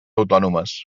autònomes